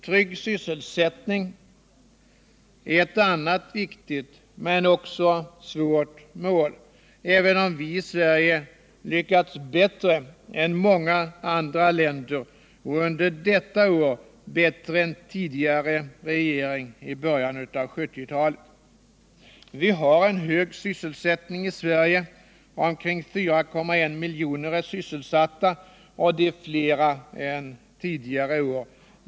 Trygg sysselsättning är ett annat viktigt men också svårt mål, även om vi i Sverige lyckats bättre än man gjort i många andra länder, och under detta år bättre än tidigare regering i början av 1970-talet. Vi har en hög sysselsättning i Sverige; omkring 4,1 miljoner är sysselsatta, och det är flera än tidigare år.